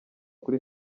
kuri